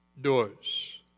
Doors